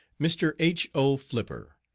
mr. h. o. flipper.